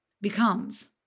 becomes